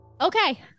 Okay